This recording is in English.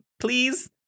please